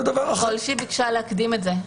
--- כשהיא ביקשה להקדים את זה.